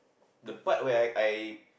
the part where I I